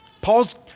Paul's